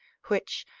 which,